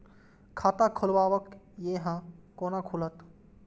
खाता खोलवाक यै है कोना खुलत?